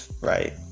right